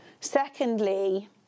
Secondly